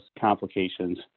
complications